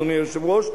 אדוני היושב-ראש,